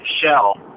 shell